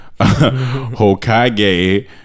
Hokage